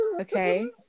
Okay